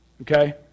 okay